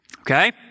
Okay